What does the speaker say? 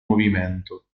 movimento